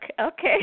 okay